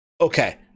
okay